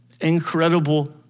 Incredible